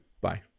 Bye